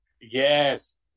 yes